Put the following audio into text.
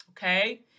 Okay